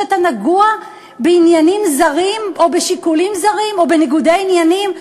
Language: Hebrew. שאתה נגוע בעניינים זרים או בשיקולים זרים או בניגודי עניינים?